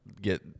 get